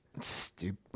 Stupid